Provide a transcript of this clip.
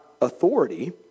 authority